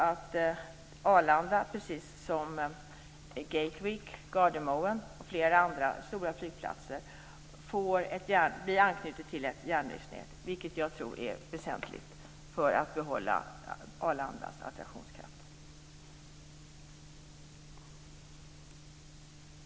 Arlanda, precis som Gatwick, Gardemoen m.fl. andra stora flygplatser, blir då anknutet till ett järnvägsnät, vilket är väsentligt för att Arlanda skall kunna behålla sin attraktionskraft.